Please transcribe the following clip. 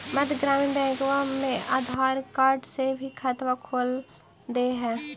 मध्य ग्रामीण बैंकवा मे आधार कार्ड से भी खतवा खोल दे है?